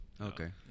Okay